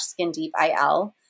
skindeepil